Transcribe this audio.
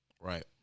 Right